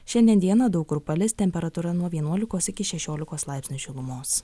šiandien dieną daug kur palis temperatūra nuo vienuolikos iki šešiolikos laipsnių šilumos